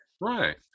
Right